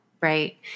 right